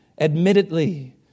admittedly